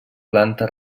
planta